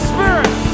Spirit